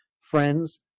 friends